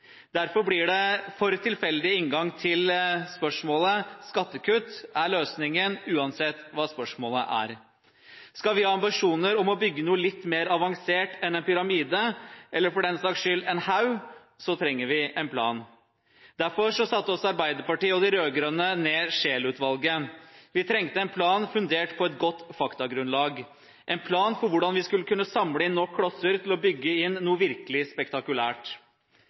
Derfor blir det en for tilfeldig inngang til spørsmålet at skattekutt er løsningen uansett hva spørsmålet er. Skal vi ha ambisjoner om å bygge noe litt mer avansert enn en pyramide, eller for den saks skyld en haug, trenger vi en plan. Derfor satte også Arbeiderpartiet og de rød-grønne ned Scheel-utvalget. Vi trengte en plan fundert på et godt faktagrunnlag, en plan for hvordan vi skulle kunne samle inn nok klosser til å bygge noe virkelig spektakulært.